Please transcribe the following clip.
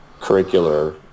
curricular